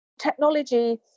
Technology